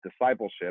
discipleship